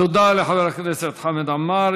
תודה לחבר הכנסת חמד עמאר.